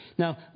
Now